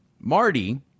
Marty